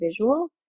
visuals